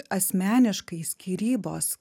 asmeniškai skyrybos